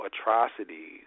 atrocities